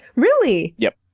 really? yep!